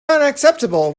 unacceptable